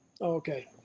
okay